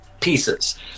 pieces